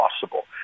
possible